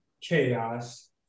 chaos